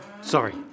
Sorry